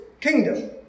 kingdom